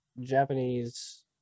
japanese